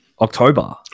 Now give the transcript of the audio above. October